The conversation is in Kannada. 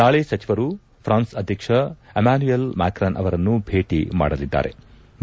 ನಾಳೆ ಸಚಿವರು ಫ್ರಾನ್ಸ್ ಅಧ್ಯಕ್ಷ ಎಮಾನ್ಯೂಯೆಲ್ ಮ್ಯಾಕ್ರನ್ ಅವರನ್ನು ಭೇಟಿ ಮಾಡಲಿದ್ಗಾರೆ